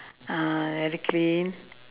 uh very clean